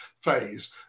phase